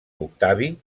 octavi